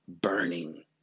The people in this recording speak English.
burning